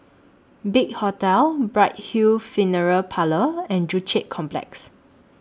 Big Hotel Bright Hill Funeral Parlour and Joo Chiat Complex